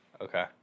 Okay